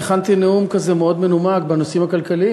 הכנתי נאום כזה מאוד מלומד בנושאים הכלכליים.